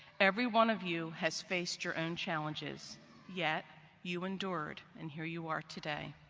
every one of you has faced your own challenges yet you endured and here you are today.